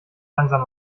langsam